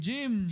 Jim